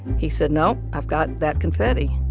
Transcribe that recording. he said, no, i've gotten that confetti.